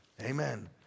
Amen